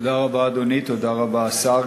תודה רבה, אדוני, תודה רבה, השר.